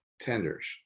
tenders